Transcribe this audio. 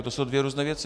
To jsou dvě různé věci.